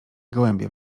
gołębie